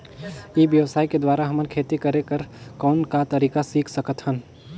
ई व्यवसाय के द्वारा हमन खेती करे कर कौन का तरीका सीख सकत हन?